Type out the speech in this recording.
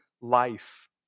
life